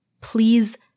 please